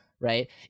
Right